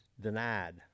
denied